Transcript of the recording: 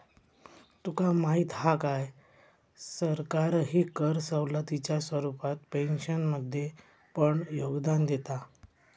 तुका माहीत हा काय, सरकारही कर सवलतीच्या स्वरूपात पेन्शनमध्ये पण योगदान देता